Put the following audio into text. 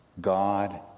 God